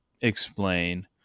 explain